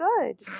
good